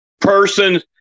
person